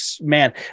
man